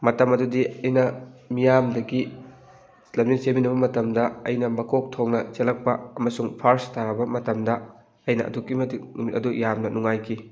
ꯃꯇꯝ ꯑꯗꯨꯗꯤ ꯑꯩꯅ ꯃꯤꯌꯥꯝꯗꯒꯤ ꯂꯝꯖꯦꯜ ꯆꯦꯟꯃꯤꯟꯅꯕ ꯃꯇꯝꯗ ꯑꯩꯅ ꯃꯀꯣꯛ ꯊꯣꯡꯅ ꯆꯦꯜꯂꯛꯄ ꯑꯃꯁꯨꯡ ꯐꯥꯔꯁ ꯇꯥꯔꯕ ꯃꯇꯝꯗ ꯑꯩꯅ ꯑꯗꯨꯛꯀꯤ ꯃꯇꯤꯛ ꯅꯨꯃꯤꯠ ꯑꯗꯨ ꯌꯥꯝꯅ ꯅꯨꯡꯉꯥꯏꯈꯤ